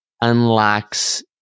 unlocks